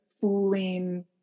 fooling